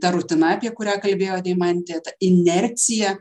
ta rutina apie kurią kalbėjo deimantė inercija